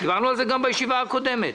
דיברנו על זה גם בישיבה הקודמת.